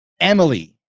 Emily